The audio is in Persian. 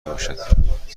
میباشد